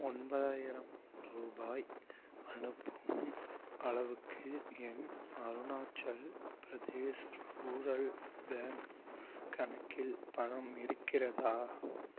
ஒன்பதாயிரம் ரூபாய் அனுப்பும் அளவுக்கு என் அருணாச்சல் பிரதேஷ் ரூரல் பேங்க் கணக்கில் பணம் இருக்கிறதா